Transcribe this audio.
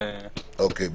בסדר גמור.